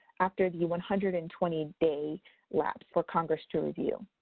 after the one hundred and twenty day lapse for congress to review.